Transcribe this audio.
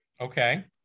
Okay